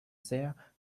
there